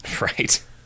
Right